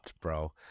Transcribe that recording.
Bro